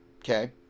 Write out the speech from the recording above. okay